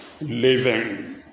living